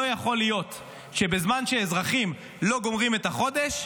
לא יכול להיות שבזמן שאזרחים לא גומרים את החודש,